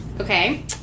okay